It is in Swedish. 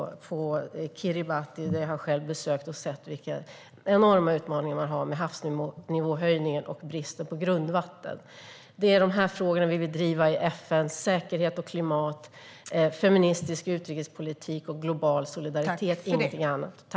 Jag har själv varit på besök och sett vilka enorma utmaningar som finns med havsnivåhöjningen och bristen på grundvatten. Det är dessa frågor vi vill driva i FN - säkerhet, klimat, feministisk utrikespolitik och global solidaritet - ingenting annat.